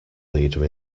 leader